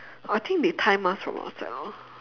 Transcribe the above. I think they time us from outside ah